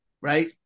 Right